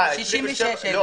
לא.